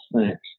Thanks